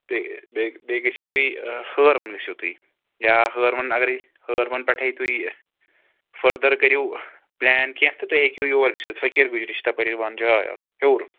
بیٚیہِ بیٚیہِ بیٚیہِ گٔژھِو تُہۍ ہٲروَن گٔژھِو تُہۍ یا ہٲروَن اگرَے ہٲروَن پٮ۪ٹھَے تُہۍ فٔردَر کٔرِو پٕلین کیٚنٛہہ تہٕ تُہۍ ہیٚکِو یور گٔژھِتھ فقیٖر گُجری چھِ تَپٲرۍ یِوان جاے اَکھ ہیوٚر